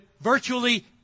virtually